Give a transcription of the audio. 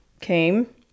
came